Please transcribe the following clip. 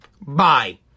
Bye